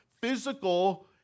physical